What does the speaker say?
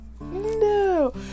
No